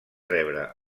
rebre